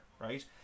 right